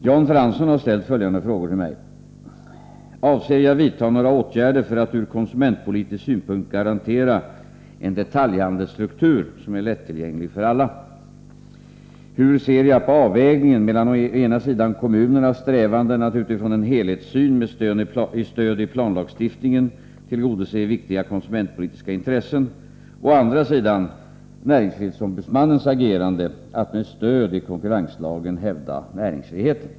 Jan Fransson har frågat mig: 1. om jag avser vidta några åtgärder för att ur konsumentpolitisk synpunkt garantera en detaljhandelsstruktur som är lättillgänglig för alla, 2. hur jag ser på avvägningen mellan å ena sidan kommunernas strävanden att utifrån en helhetssyn med stöd i planlagstiftningen tillgodose viktiga konsumentpolitiska intressen, å andra sidan näringsfrihetsombudsmannens agerande att med stöd i konkurrenslagen hävda näringsfriheten.